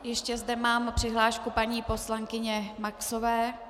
Ještě zde mám přihlášku paní poslankyně Maxové.